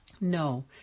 No